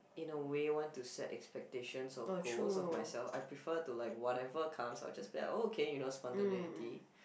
in a way want to set expectations or goals of myself I prefer to like whatever comes I'll just be like oh okay you know spontaneity